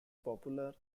popular